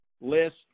list